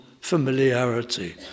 familiarity